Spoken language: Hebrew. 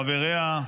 חבריה,